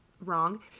wrong